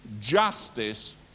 justice